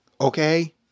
Okay